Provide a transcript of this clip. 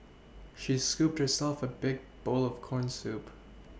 she scooped herself a big bowl of corn soup